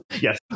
Yes